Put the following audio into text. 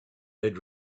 had